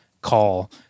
call